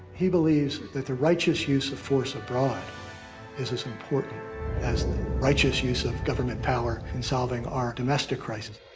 he believes that the righteous use of force abroad is as important as the righteous use of government power in solving our domestic crises.